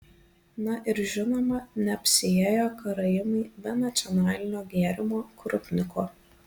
na ir žinoma neapsiėjo karaimai be nacionalinio gėrimo krupniko